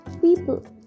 PEOPLE